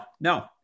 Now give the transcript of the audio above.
no